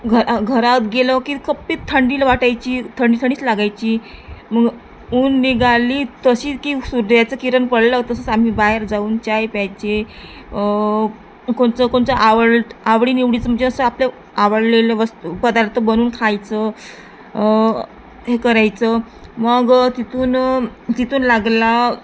घर घरात गेलो की खप्पीत थंडील वाटायची थंडी थंडीच लागायची मग ऊन निघाली तशी की सूर्याचं किरण पडलं तसंच आम्ही बाहेर जाऊन चाय प्यायचे कोणतं कोणतं आवड आवडीनिवडीचं म्हणजे असं आपलं आवडलेलं वस्तू पदार्थ बनवून खायचं हे करायचं मग तिथून तिथून लागला